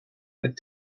but